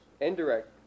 Indirect